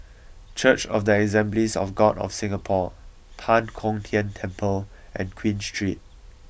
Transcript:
Church of the Assemblies of God of Singapore Tan Kong Tian Temple and Queen Street